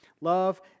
Love